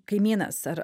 kaimynas ar